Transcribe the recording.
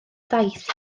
daith